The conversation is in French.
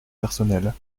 personnelle